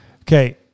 Okay